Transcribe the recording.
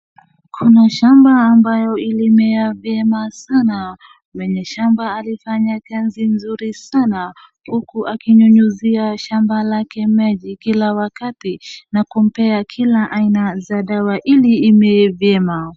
Kuna shamba ambayo ilimea vyema sana. Mwenye shamba alifanya kazi nzuri sana huku akinyunyuzia shamba lake maji kila wakati na kumpea kila aina za dawa ili imee vyema.